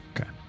Okay